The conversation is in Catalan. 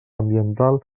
ambiental